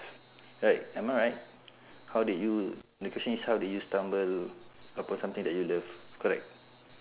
right am I right how did you the question is how did you stumble upon something that you love correct